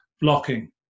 blocking